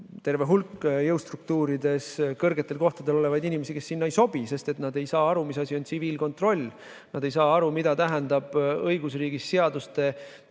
terve hulk jõustruktuurides kõrgetel kohtadel olevaid inimesi, kes sinna ei sobi, sest nad ei saa aru, mis asi on tsiviilkontroll, ja nad ei saa aru, mida tähendab õigusriigis seaduste kehtivus